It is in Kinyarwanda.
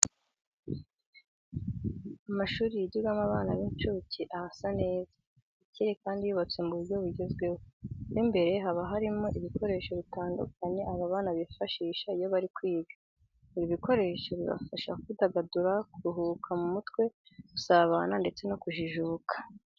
Amashuri yigirwamo n'abana b'incuke aba asa neza, acyeye kandi yubatswe mu buryo bugezweho. Mo imbere haba harimo ibikoresho bitandukanye aba bana bifashisha iyo bari kwiga. Ibi bikoresho bibafasha kwidagadura, kuruhura mu mutwe, gusabana ndetse no kujijuka.